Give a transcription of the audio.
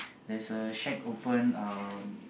there's a shack open um